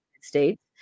States